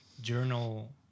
journal